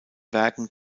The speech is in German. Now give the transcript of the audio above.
werken